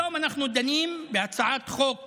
היום אנחנו דנים בהצעת חוק